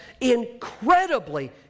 incredibly